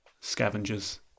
scavengers